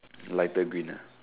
lighter green ah